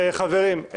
חברים,